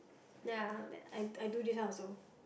ya I I do this one also